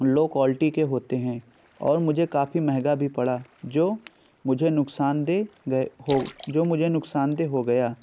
لو quality کے ہوتے ہیں اور مجھے کاپھی مہنگا بھی پڑا جو مجھے نقصاندہ گئے ہو جو مجھے نقصاندہ ہو گیا